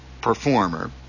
performer